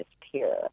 disappear